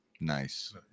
nice